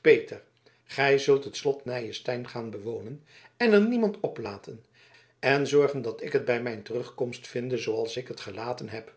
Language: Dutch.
peter gij zult het slot nyenstein gaan bewonen en er niemand op laten en zorgen dat ik het bij mijn terugkomst vinde zooals ik het gelaten heb